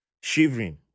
shivering